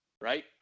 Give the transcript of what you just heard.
right